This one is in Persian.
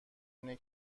اینه